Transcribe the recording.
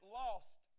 lost